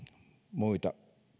muita